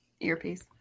earpiece